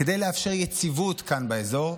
כדי לאפשר יציבות כאן באזור,